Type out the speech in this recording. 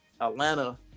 Atlanta